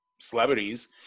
celebrities